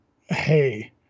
hey